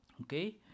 Okay